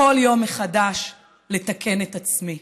כל יום מחדש, לתקן את עצמי".